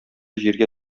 җиргә